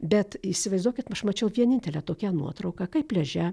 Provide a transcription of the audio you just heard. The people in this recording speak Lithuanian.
bet įsivaizduokit aš mačiau vienintelę tokią nuotrauką kaip pliaže